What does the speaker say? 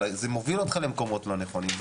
זה מוביל אותך למקומות לא נכונים.